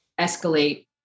escalate